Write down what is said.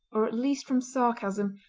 or at least from sarcasm,